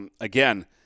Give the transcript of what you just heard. again